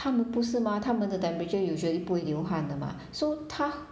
他们不是 mah 他们的 temperature usually put 流汗的 mah so 她